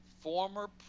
former